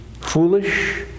foolish